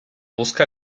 busca